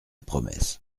promesse